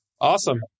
Awesome